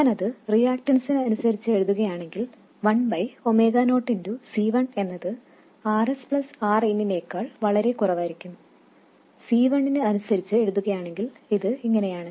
ഞാൻ അത് റിയാക്റ്റൻസിനു അനുസരിച്ച് എഴുത്തുകയാണെങ്കിൽ 1 0C1 എന്നത് Rs Rin നേക്കാൾ വളരേ കുറവായിരിക്കും C1 നു അനുസരിച്ച് എഴുത്തുകയാണെങ്കിൽ ഇത് ഇങ്ങനെയാണ്